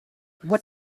what